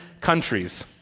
countries